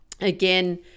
again